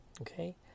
okay